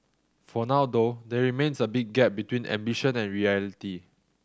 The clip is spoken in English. for now though there remains a big gap between ambition and reality